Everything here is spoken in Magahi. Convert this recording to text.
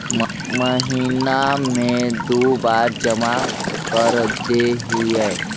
महिना मे दु बार जमा करदेहिय?